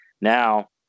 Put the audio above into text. Now